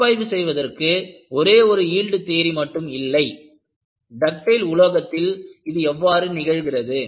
பகுப்பாய்வு செய்வதற்கு ஒரே ஒரு யீல்டு தியரி மட்டும் இல்லை டக்டைல் உலோகத்தில் இது எவ்வாறு நிகழ்கிறது